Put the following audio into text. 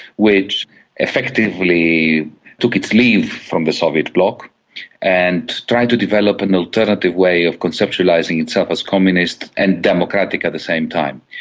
which effectively took its leave from the soviet bloc and tried to develop an alternative way of conceptualising itself as communist and democratic at the same time.